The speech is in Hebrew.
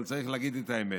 אבל צריך להגיד את האמת.